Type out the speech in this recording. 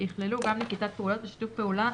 ויכללו גם נקיטת פעולות ושיתוף פעולה